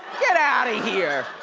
get outta here,